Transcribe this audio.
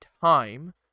time